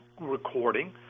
recording